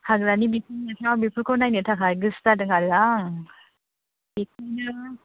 हाग्रानि बिफां लाइफांफोरखौ नायनो थाखाय गोसो जादो आरो आं बिदिनो